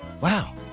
wow